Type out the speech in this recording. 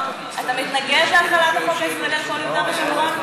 מתנגד להחלת החוק הישראלי על כל יהודה ושומרון?